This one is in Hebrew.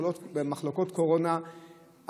מחלקות קורונה,